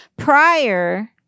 Prior